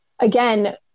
again